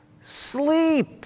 sleep